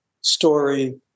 story